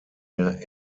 der